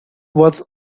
was